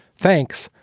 thanks,